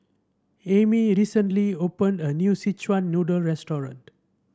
Amy recently opened a new Szechuan Noodle restaurant